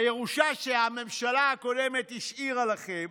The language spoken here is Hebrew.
הירושה שהממשלה הקודמת השאירה לכם,